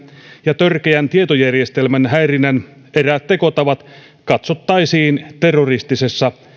ja törkeän tietojärjestelmän häirinnän eräät tekotavat katsottaisiin terroristisessa